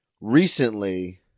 recently